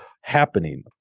happening